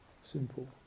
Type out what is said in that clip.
simple